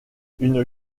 une